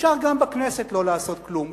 אפשר גם בכנסת לא לעשות כלום.